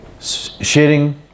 sharing